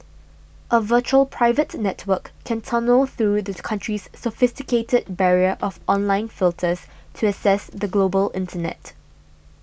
a virtual private network can tunnel through the country's sophisticated barrier of online filters to access the global internet